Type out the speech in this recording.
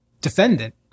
defendant